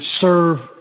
serve